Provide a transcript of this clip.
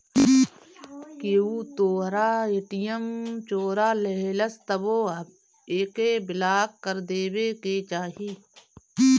केहू तोहरा ए.टी.एम चोरा लेहलस तबो एके ब्लाक कर देवे के चाही